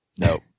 no